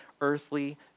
earthly